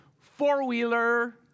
four-wheeler